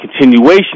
continuation